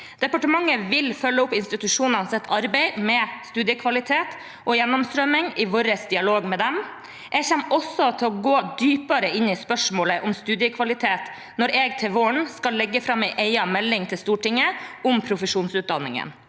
Departementet vil følge opp institusjonenes arbeid med studiekvalitet og gjennomstrømming i vår dialog med dem. Jeg kommer også til å gå dypere inn i spørsmålet om studiekvalitet når jeg til våren skal legge fram en egen melding til Stortinget om profesjonsutdanningene.